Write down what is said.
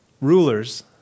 rulers